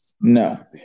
no